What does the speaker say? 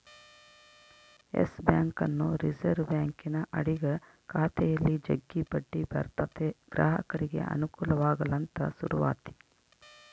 Yes ಬ್ಯಾಂಕನ್ನು reserve ಬ್ಯಾಂಕಿನ ಅಡಿಗ ಖಾತೆಯಲ್ಲಿ ಜಗ್ಗಿ ಬಡ್ಡಿ ಬರುತತೆ ಗ್ರಾಹಕರಿಗೆ ಅನುಕೂಲವಾಗಲಂತ ಶುರುವಾತಿ